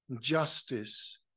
Justice